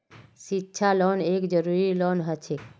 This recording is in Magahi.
शिक्षा लोन एक जरूरी लोन हछेक